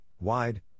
wide